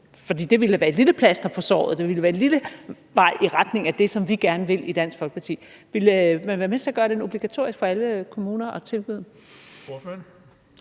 det ville være et lille plaster på såret; det ville være et lille skridt i retning af det, som vi i Dansk Folkeparti gerne vil. Vil man være med til at gøre den obligatorisk for alle kommuner at tilbyde?